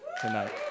tonight